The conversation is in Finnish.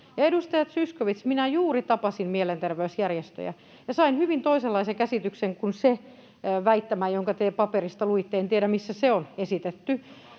Edustaja Zyskowicz, minä juuri tapasin mielenterveysjärjestöjä ja sain hyvin toisenlaisen käsityksen kuin se väittämä, jonka te paperista luitte — en tiedä, missä se on esitetty.